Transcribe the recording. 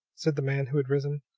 said the man who had risen,